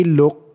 look